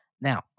Now